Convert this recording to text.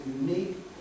unique